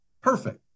perfect